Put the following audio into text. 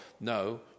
No